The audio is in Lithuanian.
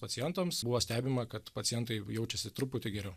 pacientams buvo stebima kad pacientai jaučiasi truputį geriau